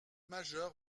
majeur